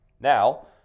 Now